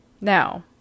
now